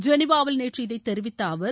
ஜெனிவாவில் நேற்று இதை தெரிவித்த அவர்